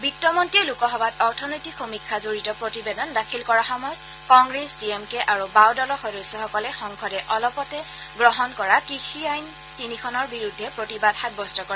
বিত্তমন্ত্ৰীয়ে লোকসভাত অৰ্থনৈতিক সমীক্ষা জডিত প্ৰতিবেদন দাখিল কৰাৰ সময়ত কংগ্ৰেছ ডি এম কে আৰু বাওঁদলৰ সদস্যসকলে সংসদে অলপতে গ্ৰহণ কৰা কৃষি আইন তিনিখনৰ বিৰুদ্ধে প্ৰতিবাদ সাব্যস্ত কৰে